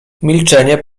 milczenie